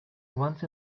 once